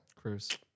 Cruz